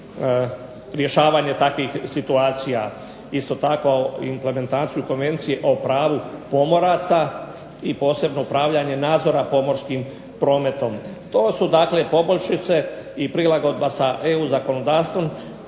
rješavanje takvih situacija. Isto tako implementaciju Konvencije o pravu pomoraca i posebno upravljanje nadzora pomorskim prometom. To su dakle poboljšice i prilagodbe sa EU zakonodavstvom